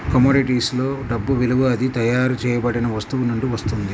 commodities లో డబ్బు విలువ అది తయారు చేయబడిన వస్తువు నుండి వస్తుంది